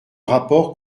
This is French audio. rapport